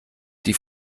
die